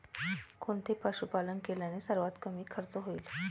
कोणते पशुपालन केल्याने सर्वात कमी खर्च होईल?